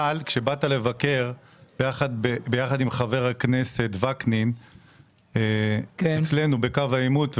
כשבאת לבקר ביחד עם חבר הכנסת וקנין אצלנו בקו העימות,